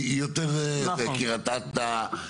היא יותר בקריית אתא,